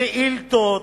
שאילתות,